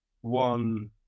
one